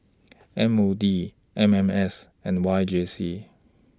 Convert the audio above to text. M O D M M S and Y J C